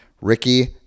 Ricky